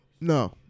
No